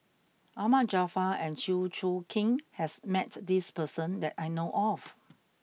Ahmad Jaafar and Chew Choo Keng has met this person that I know of